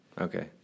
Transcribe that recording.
Okay